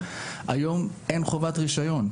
היום אין חובת רישיון.